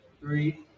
three